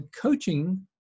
coaching